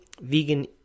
vegan